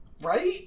right